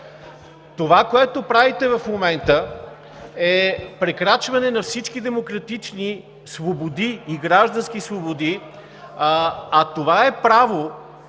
Това, което правите в момента, е прекрачване на всички демократични и граждански свободи, а това е право,